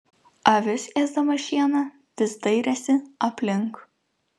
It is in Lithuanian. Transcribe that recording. avis ėsdama šieną vis dairėsi aplink